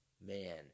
man